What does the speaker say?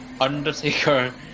Undertaker